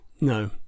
No